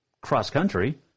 cross-country